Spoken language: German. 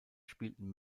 spielten